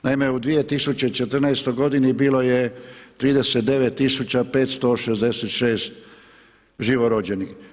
Naime, u 2014. godini bilo je 39566 živorođenih.